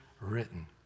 written